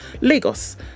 lagos